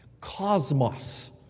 Cosmos